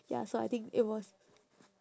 ya so I think it was